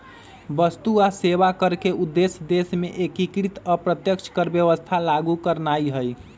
वस्तु आऽ सेवा कर के उद्देश्य देश में एकीकृत अप्रत्यक्ष कर व्यवस्था लागू करनाइ हइ